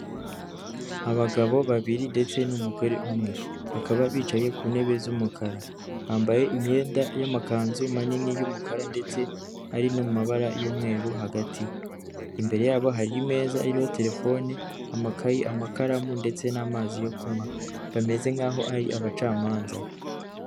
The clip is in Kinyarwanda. Abagabo babiri ndetse n'umugore umwe, bakaba bicaye ku ntebe z'umukara, bambaye imyenda y'amakanzu manini y'umukara, ndetse ari no mu mabara y'umweru hagati, imbere yabo hari meza iriho telefone, amakayi, amakaramu, ndetse n'amazi yo kunywa, bameze nk'aho ari abacamanza.